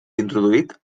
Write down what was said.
introduït